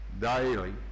daily